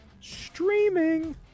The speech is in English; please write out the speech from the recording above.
streaming